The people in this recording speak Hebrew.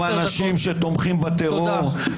ראש האופוזיציה שלח אנשים קודם דיבר אחד